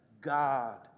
God